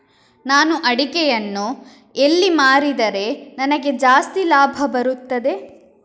ನಾನು ಅಡಿಕೆಯನ್ನು ಎಲ್ಲಿ ಮಾರಿದರೆ ನನಗೆ ಜಾಸ್ತಿ ಲಾಭ ಬರುತ್ತದೆ?